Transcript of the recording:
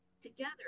together